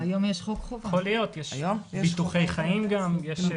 יש ביטוחי חיים גם.